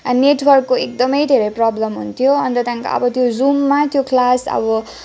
नेटर्वकको एकदमै धेरै प्रब्लम हुन्थ्यो अन्त त्यहाँदेखिको अब त्यो जुममा त्यो क्लास अब